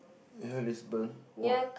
yeah Lisbon !wow!